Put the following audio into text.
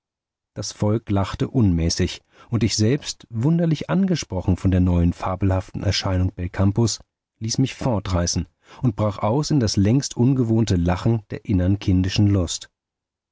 das volk lachte unmäßig und ich selbst wunderlich angesprochen von der neuen fabelhaften erscheinung belcampos ließ mich fortreißen und brach aus in das längst ungewohnte lachen der innern kindischen lust